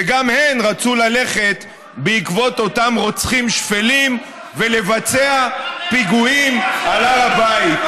וגם הן רצו ללכת בעקבות אותם רוצחים שפלים ולבצע פיגועים על הר הבית.